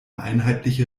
einheitliche